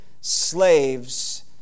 slaves